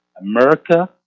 America